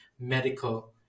medical